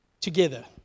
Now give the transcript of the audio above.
together